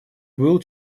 был